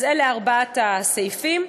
אז אלה ארבעת הסעיפים.